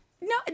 no